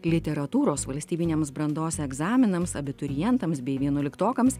literatūros valstybiniems brandos egzaminams abiturientams bei vienuoliktokams